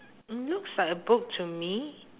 mm looks like a book to me